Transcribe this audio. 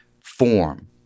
form